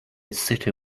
city